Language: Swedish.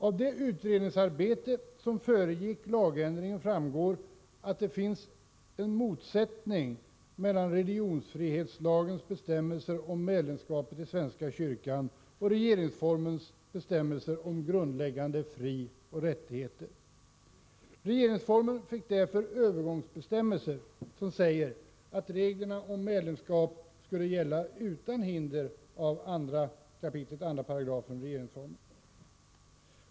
Av det utredningsarbete som föregick lagändringen framgår det att det finns en motsättning mellan religionsfrihetslagens bestämmelser om medlemskapet i svenska kyrkan och regeringsformens bestämmelser om grundläggande frioch rättigheter. Regeringsformen fick därför övergångsbestämmelser som säger att reglerna om medlemskap skall gälla utan hinder av 2 kap. 2 § regeringsformen.